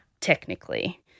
technically